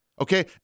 Okay